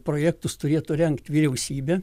projektus turėtų rengt vyriausybė